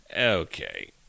okay